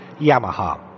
Yamaha